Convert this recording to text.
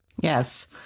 Yes